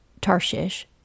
Tarshish